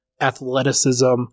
athleticism